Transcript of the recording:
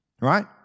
Right